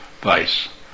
vice